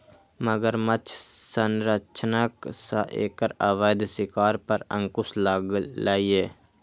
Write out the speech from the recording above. मगरमच्छ संरक्षणक सं एकर अवैध शिकार पर अंकुश लागलैए